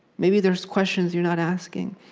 maybe there's questions you're not asking.